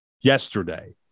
yesterday